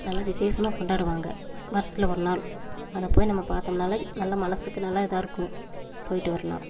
நல்ல விசேஷமாக கொண்டாடுவாங்க வருஷத்துல ஒரு நாள் அதை போய் நம்ம பாத்தோம்னாலே நல்லா மனதுக்கு நல்லா இதாக இருக்கும் போய்ட்டு வரலாம்